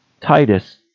Titus